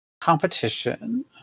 competition